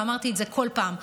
ואמרתי את זה כל פעם,